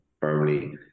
firmly